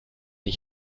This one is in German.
ich